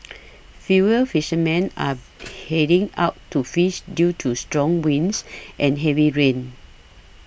fewer fishermen are heading out to fish due to strong winds and heavy rain